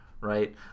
Right